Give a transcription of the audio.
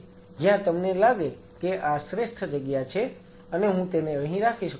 જ્યાં તમને લાગે કે આ શ્રેષ્ઠ જગ્યા છે અને હું તેને અહીં રાખી શકું છું